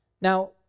Now